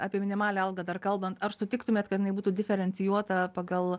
apie minimalią algą dar kalbant ar sutiktumėt kad jinai būtų diferencijuota pagal